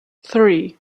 three